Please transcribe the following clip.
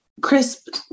Crisp